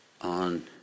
on